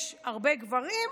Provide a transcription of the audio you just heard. יש הרבה גברים,